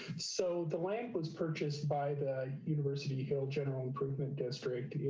so the land was purchased by the university hill general improvement district